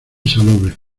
salobre